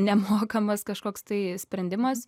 nemokamas kažkoks tai sprendimas